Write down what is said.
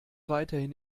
weiterhin